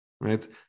right